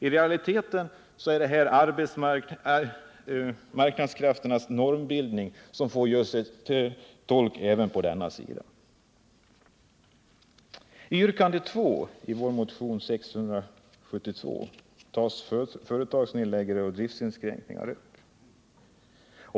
I realiteten blir det marknadskrafternas normbildning som gör sig gällande även på denna sida. I yrkande 2 i vår motion 1978/79:672 tar vi upp företagsnedläggningar och driftinskränkningar.